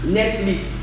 Netflix